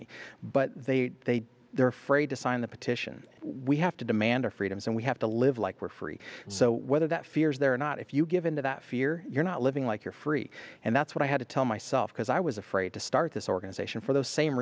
me but they they they're afraid to sign the petition we have to demand our freedoms and we have to live like we're free so whether that fear is there or not if you give in to that fear you're not living like you're free and that's what i had to tell myself because i was afraid to start this organization for those same